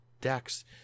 decks